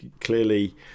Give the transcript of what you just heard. clearly